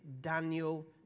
Daniel